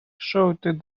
shouted